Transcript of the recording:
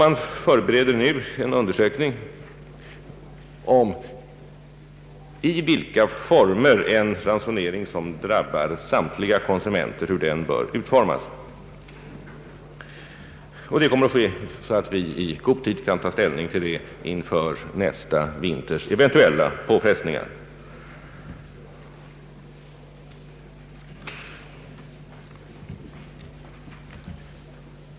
Man förbereder sålunda nu en undersökning om hur en ransonering som drabbar samtliga konsumenter bör utformas. Denna undersökning kommer att ske så att vi i god tid kan ta ställning inför nästa vinters eventuella påfrestningar.